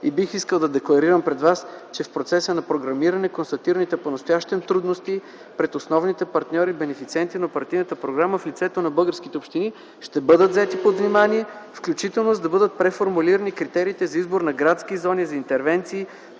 г. Бих искал да декларирам пред Вас, че в процеса на програмиране констатираните трудности понастоящем пред основните партньори и бенефициенти на оперативната програма в лицето на българските общини ще бъдат взети под внимание, включително за да бъдат преформулирани критериите за избор на градски зони за интервенции